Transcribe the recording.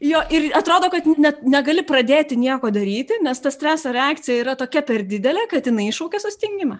jo ir atrodo kad net negali pradėti nieko daryti nes ta streso reakcija yra tokia per didelę kad jinai iššaukia sustingimą